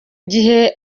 gihe